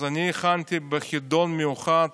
אז אני הכנתי חידון מיוחד